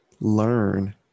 Learn